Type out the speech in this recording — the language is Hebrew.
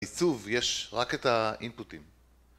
עיצוב, יש רק את האינפוטים